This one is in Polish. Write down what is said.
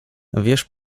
wiesz